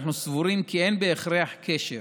אנחנו סבורים כי אין בהכרח קשר